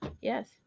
Yes